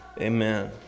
amen